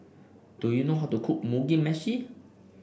do you know how to cook Mugi Meshi